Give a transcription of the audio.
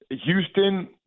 Houston